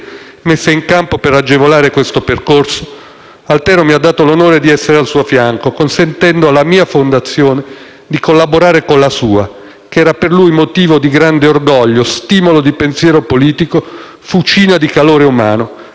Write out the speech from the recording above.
che era per lui motivo di grande orgoglio, stimolo di pensiero politico e fucina di calore umano, e che saprà andare avanti in suo nome. Altero ci mancherà, tanto. Ci mancheranno la sua passione, la sua saggezza la sua autorevolezza.